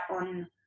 on